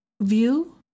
view